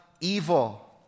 evil